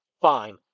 fine